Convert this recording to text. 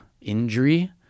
injury